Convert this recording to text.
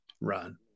run